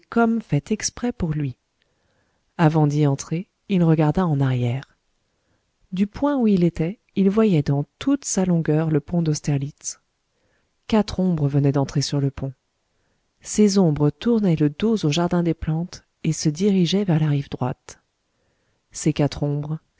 faite exprès pour lui avant d'y entrer il regarda en arrière du point où il était il voyait dans toute sa longueur le pont d'austerlitz quatre ombres venaient d'entrer sur le pont ces ombres tournaient le dos au jardin des plantes et se dirigeaient vers la rive droite ces quatre ombres